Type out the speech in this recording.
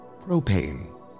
propane